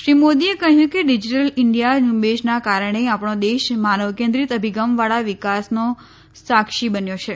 શ્રી મોદીએ કહ્યું કે ડિજીટલ ઈન્ડિયા ઝુંબેશના કારણે આપણો દેશ માનવ કેન્દ્રિત અભિગમવાળા વિકાસનો સાક્ષી બન્યો છે